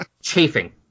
Chafing